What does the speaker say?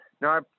no